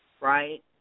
right